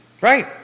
Right